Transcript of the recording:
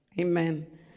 Amen